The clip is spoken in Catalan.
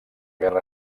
guerra